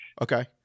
Okay